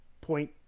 Point